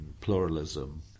pluralism